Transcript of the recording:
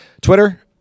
Twitter